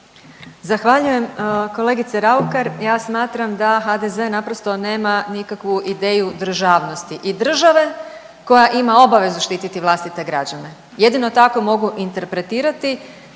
Zahvaljujem. Kolegice Raukar ja smatram da HDZ naprosto nema nikakvu ideju državnosti i države koja ima obavezu štititi vlastite građane. Jedino tako mogu interpretirati